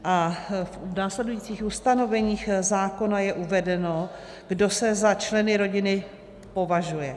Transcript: A v následujících ustanoveních zákona je uvedeno, kdo se za členy rodiny považuje.